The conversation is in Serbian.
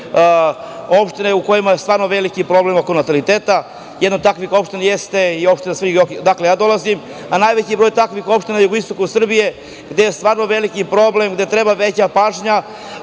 opštine u kojima je stvarno veliki problem oko nataliteta, jedna od takvih opština je i Svrljig, odakle i ja dolazim, a najveći broj je takvih opština na jugoistoku Srbije, gde je stvarno veliki problem, gde treba veća pažnja. Ovo